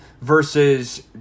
versus